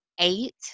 eight